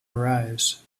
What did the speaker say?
arise